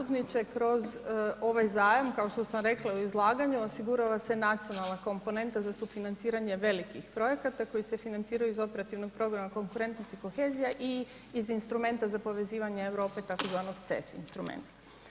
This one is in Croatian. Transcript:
Poštovani zastupniče, kroz ovaj zajam kao što sam rekla u izlaganju osigurava se nacionalna komponenta za sufinanciranje velikih projekata koji se financiraju iz Operativnog programa Konkurentnost i kohezija i iz instrumenta za povezivanje Europe tzv. CEF instrumenta.